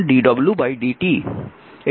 এটি বোধগম্য